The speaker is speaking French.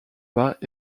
pas